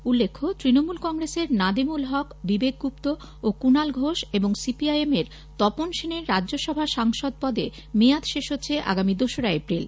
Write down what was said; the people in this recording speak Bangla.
উল্লেখ্য তৃণমূল কংগ্রেসের নাদিমুল হক বিবেক গুপ্ত ও কুনাল ঘোষ এবং সিপিআইএম এর তপন সেনের রাজ্যসভা সাংসদ পদে মেয়াদ শেষ হচ্ছে আগামী দোসরা এপ্রিল